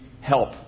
help